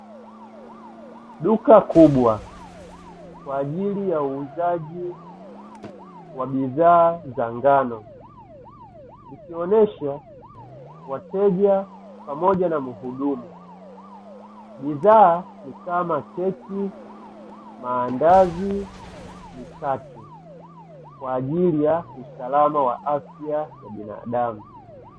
Duka kubwa kwa ajili ya uuzaji wa bidhaa za ngano ikionyesha wateja pamoja na mhudumu, bidhaa ni kama keki, maandazi mikate, kwa ajili ya usalama wa afya ya binadamu.